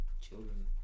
children